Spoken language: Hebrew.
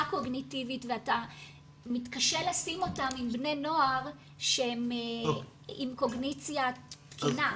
קוגניטיבית ואתה מתקשה לשים אותם עם בני נוער שהם עם קוגניציה תקינה.